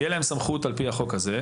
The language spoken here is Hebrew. יהיה להם סמכות על פי החוק הזה.